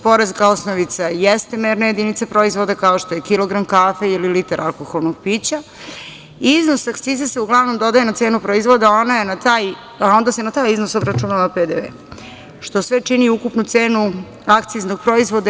Poreska osnovica jeste merna jedinica proizvoda, kao što je kilogram kafe ili litar alkoholnog pića i iznos akcize se uglavnom dodaje na cenu proizvoda, a onda se na taj iznos obračunava PDV, što sve čini ukupnu cenu akciznog proizvoda.